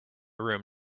room